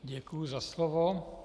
Děkuji za slovo.